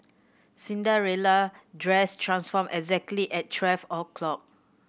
Cinderella dress transformed exactly at twelve o' clock